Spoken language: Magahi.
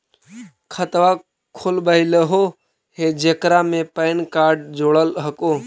खातवा खोलवैलहो हे जेकरा मे पैन कार्ड जोड़ल हको?